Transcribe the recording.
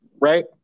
right